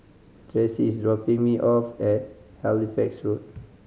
Traci is dropping me off at Halifax Road